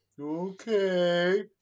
Okay